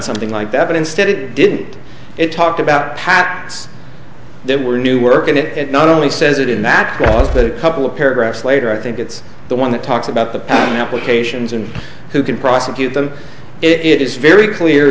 something like that but instead it did it talked about patents there were new work in it and not only says it in that was the couple of paragraphs later i think it's the one that talks about the applications and who can prosecute them it is very clear